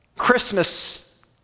Christmas